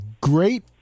great